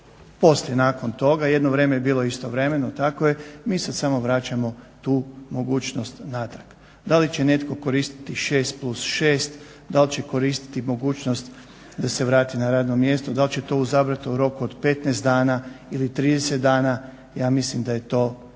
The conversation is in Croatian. poslije nakon toga. Jedno vrijeme je bilo istovremeno, tako je, mi sad samo vraćamo tu mogućnost natrag. Da li će netko koristiti 6+6, da li će koristiti mogućnost da se vrati na radno mjesto, da li će to izabrati u roku od 15 dana ili 30 dana ja mislim da je to sasvim